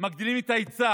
מגדילים את ההיצע